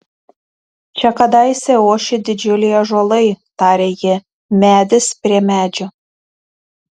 čia kadaise ošė didžiuliai ąžuolai tarė ji medis prie medžio